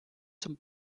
zum